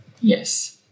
Yes